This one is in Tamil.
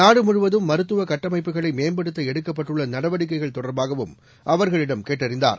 நாடு முழுவதும் மருத்துவ கட்டமைப்புகளை மேம்படுத்த எடுக்கப்பட்டுள்ள நடவடிக்கைகள் தொடர்பாகவும் அவர்களிடம் கேட்டறிந்தார்